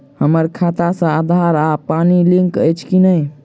हम्मर खाता सऽ आधार आ पानि लिंक अछि की नहि?